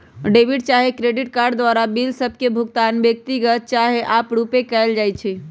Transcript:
debit चाहे credit card द्वारा bill सभ के भुगतान व्यक्तिगत चाहे आपरुपे कएल जाइ छइ